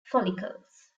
follicles